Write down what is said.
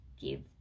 give